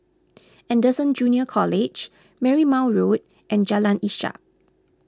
Anderson Junior College Marymount Road and Jalan Ishak